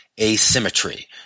asymmetry